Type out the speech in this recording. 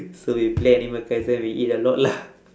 so we play animal kaiser and we eat a lot lah